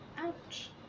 ouch